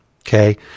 okay